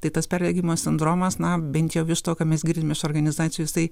tai tas perdegimo sindromas na bent jau vis tokio mes girdim iš organizacijų jisai